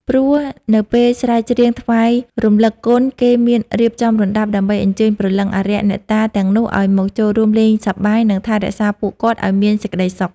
ព្រោះនៅពេលស្រែកច្រៀងថ្វាយរំលឹកគុនគេមានរៀបចំរណ្ដាប់ដើម្បីអញ្ជើញព្រលឹងអារក្ស អ្នកតាទាំងនោះឲ្យមកចូលរួមលេងសប្បាយ និងថែរក្សាពួកគាត់ឲ្យមានសេចក្ដីសុខ ។